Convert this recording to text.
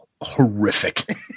horrific